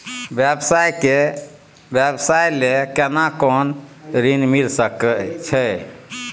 व्यवसाय ले केना कोन ऋन मिल सके छै?